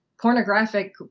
pornographic